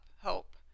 hope